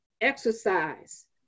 exercise